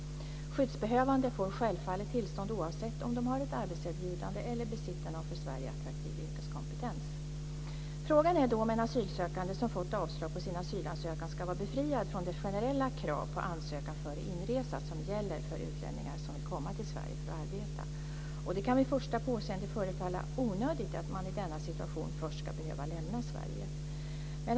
Skyddsbehövande får självfallet tillstånd oavsett om de har ett arbetserbjudande eller besitter någon för Sverige attraktiv yrkeskompetens. Frågan är då om en asylsökande som fått avslag på sin asylansökan ska vara befriad från det generella krav på ansökan före inresa som gäller för utlänningar som vill komma till Sverige för att arbeta. Det kan vid första påseende förefalla onödigt att man i denna situation först ska behöva lämna Sverige.